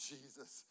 Jesus